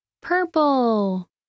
Purple